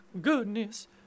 goodness